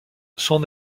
son